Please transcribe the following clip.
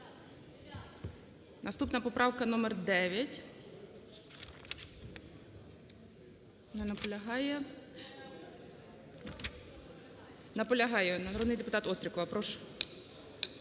Наступна поправка номер 9.